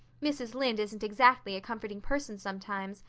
mrs. lynde isn't exactly a comforting person sometimes,